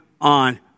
on